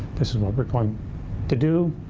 this is what we're going to do,